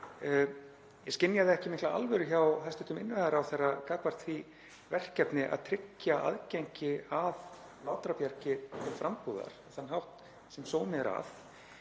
Ég skynjaði ekki mikla alvöru hjá hæstv. innviðaráðherra gagnvart því verkefni að tryggja aðgengi að Látrabjargi til frambúðar á þann hátt sem sómi er að.